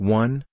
one